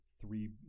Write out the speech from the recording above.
three